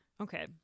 Okay